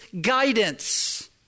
guidance